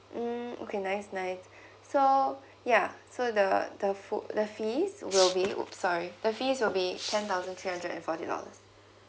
mm okay nice nice so yeah so the the food the fees will be !oops! sorry the fees will be ten thousanf three hundred and forty dollars